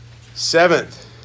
Seventh